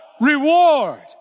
Reward